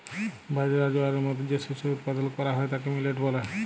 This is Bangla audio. বাজরা, জয়ারের মত যে শস্য উৎপাদল ক্যরা হ্যয় তাকে মিলেট ব্যলে